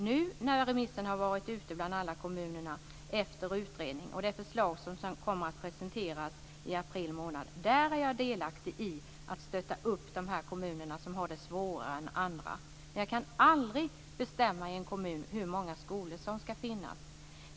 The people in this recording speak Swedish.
Efter utredningen har remissen nu varit ute bland alla kommunerna, och i det förslag som kommer att presenteras i april månad är jag delaktig i att stötta de kommuner som har det svårare än andra. Men jag kan aldrig bestämma hur många skolor som skall finnas i en kommun.